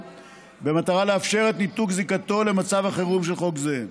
במטרה לאפשר את ניתוק זיקתו למצב החירום של חוק זה.